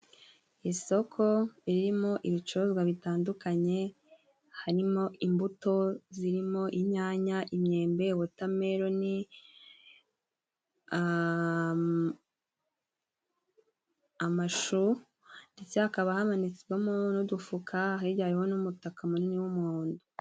Isoko ririmo ibicuruzwa bitandukanye harimo imbuto zirimo inyanya, imyembe, wotameroni, amashu, ndetse hakaba hamanitsemo n'udufuka, hijya hariho n'umutaka munini w'umuhondo.